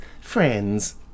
Friends